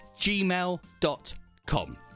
gmail.com